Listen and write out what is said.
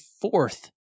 fourth